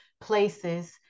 places